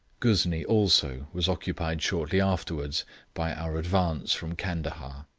ghuznee also was occupied shortly afterwards by our advance from candahar.